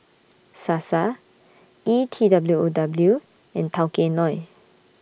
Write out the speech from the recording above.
Sasa E T W O W and Tao Kae Noi